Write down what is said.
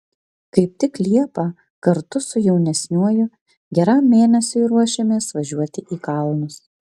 kaip tik liepą kartu su jaunesniuoju geram mėnesiui ruošiamės važiuoti į kalnus